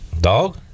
Dog